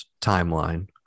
timeline